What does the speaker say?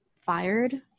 fired